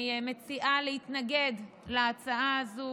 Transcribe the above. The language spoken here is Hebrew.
אני מציעה להתנגד להצעה הזו